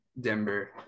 Denver